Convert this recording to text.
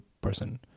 person